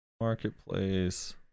Marketplace